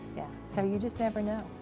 yeah so, you just never know.